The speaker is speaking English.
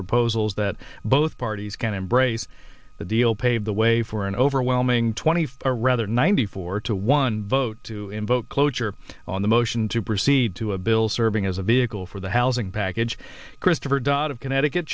proposals that both parties can embrace the deal paved the way for an overwhelming twenty four rather ninety four to one vote to invoke cloture on the motion to proceed to a bill serving as a vehicle for the housing package christopher dodd of connecticut